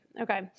okay